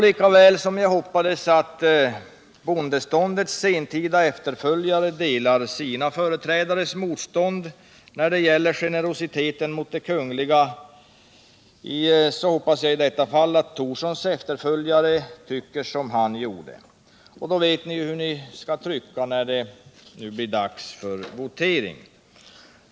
Lika väl som jag hoppas att bondeståndets sentida efterföljare ansluter sig till sina företrädares motstånd när det gäller generositeten mot de kungliga hoppas jag att Thorssons efterföljare tycker som han gjorde. Då vet ni hur ni skall trycka när det blir votering.